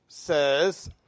says